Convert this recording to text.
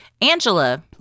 Angela